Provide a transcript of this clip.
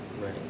Right